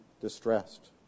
distressed